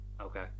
Okay